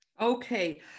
Okay